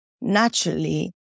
naturally